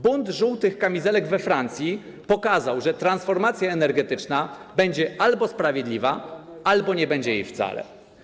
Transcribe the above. Bunt żółtych kamizelek we Francji pokazał, że albo transformacja energetyczna będzie sprawiedliwa, albo nie będzie jej wcale.